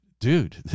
dude